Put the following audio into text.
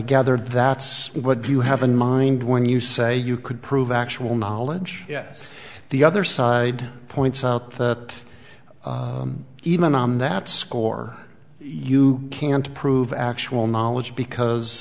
gather that's what you have in mind when you say you could prove actual knowledge yes the other side points out that even on that score you can't prove actual knowledge because